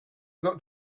got